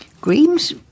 Greens